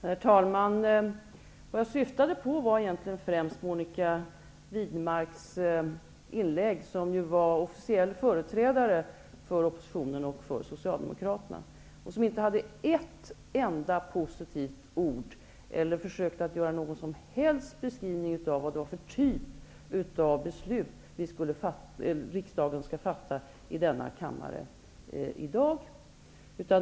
Herr talman! Vad jag syftade på var främst Monica Widnemarks inlägg. Hon är ju officiell företrädare för oppositionen och Socialdemokraterna. Där fanns inte ett enda positivt ord eller något som helst försök till beskrivning av vilken typ av beslut riksdagen skall fatta i denna kammare i dag.